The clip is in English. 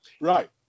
right